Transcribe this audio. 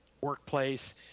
workplace